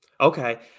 Okay